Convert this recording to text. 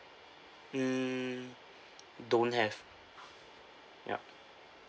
hmm don't have yup